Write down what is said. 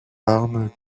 arme